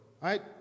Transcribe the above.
Right